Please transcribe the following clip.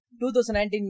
2019